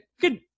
good